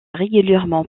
régulièrement